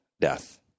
death